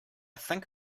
think